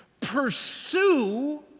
Pursue